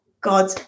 god